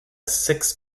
six